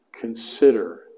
consider